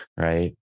right